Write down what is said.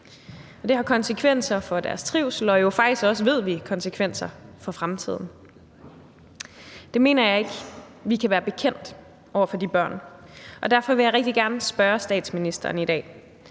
det har konsekvenser for deres trivsel og – ved vi – jo faktisk også konsekvenser for fremtiden. Det mener jeg ikke vi kan være bekendt over for de børn, og derfor vil jeg rigtig gerne spørge statsministeren i dag: